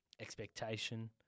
expectation